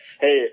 Hey